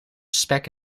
spek